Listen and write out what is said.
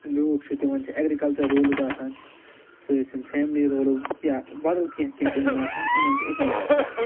لوٗکھ چھِ تِمَن چھِ ایٚگریٖکَلچَر روٗلٕز آسان سُہ ٲسِن فیملی روٗلٕز یا بدل کیٚنٛہہ کیٚنٛہہ چھِ یِمَن آسان یِمَن چھُ أتی آسان سُہ